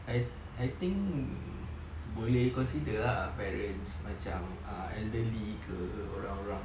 I I think boleh consider lah parents macam err elderly ke orang-orang